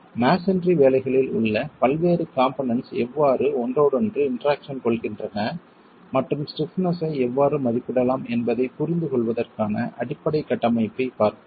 எனவே மஸோன்றி வேலைகளில் உள்ள பல்வேறு காம்போனென்ட்ஸ் எவ்வாறு ஒன்றோடொன்று இன்டெராக்சன் கொள்கின்றன மற்றும் ஸ்டிப்னஸ் ஐ எவ்வாறு மதிப்பிடலாம் என்பதைப் புரிந்துகொள்வதற்கான அடிப்படை கட்டமைப்பைப் பார்ப்போம்